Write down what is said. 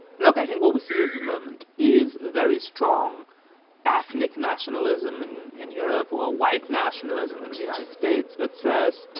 look i think what we see at the moment is a very strong ethnic nationalism and in europe, or a white nationalism in the united states that says